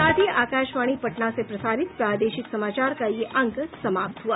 इसके साथ ही आकाशवाणी पटना से प्रसारित प्रादेशिक समाचार का ये अंक समाप्त हुआ